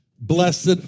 Blessed